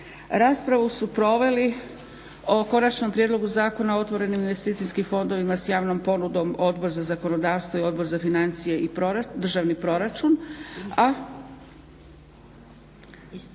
Raspravu su proveli o Konačnom prijedlogu zakona o otvorenim investicijskim fondovima s javnom ponudom Odbor za zakonodavstvo i Odbor za financije i državni proračun. I